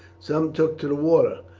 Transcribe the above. some took to the water,